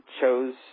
chose